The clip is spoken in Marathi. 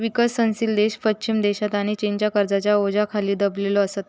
विकसनशील देश पश्चिम देशांच्या आणि चीनच्या कर्जाच्या ओझ्याखाली दबलेले असत